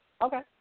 Okay